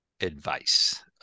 advice